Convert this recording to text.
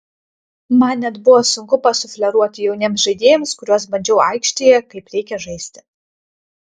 man net buvo sunku pasufleruoti jauniems žaidėjams kuriuos bandžiau aikštėje kaip reikia žaisti